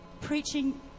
Preaching